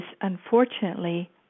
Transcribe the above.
unfortunately